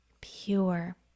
pure